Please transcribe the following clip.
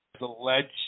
alleged